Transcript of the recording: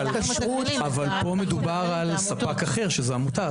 אבל פה מדובר על ספק אחר שזאת העמותה,